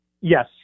Yes